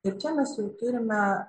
ir čia mes jau turime